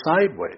sideways